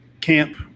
camp